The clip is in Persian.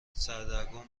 سردرگم